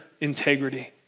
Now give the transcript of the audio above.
integrity